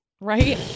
Right